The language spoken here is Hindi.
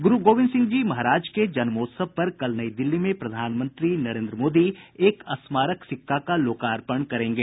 गुरु गोविंद सिंह जी के जन्मोत्सव पर कल दिल्ली में प्रधानमंत्री नरेन्द्र मोदी एक स्मारक सिक्का का लोकार्पण करेंगे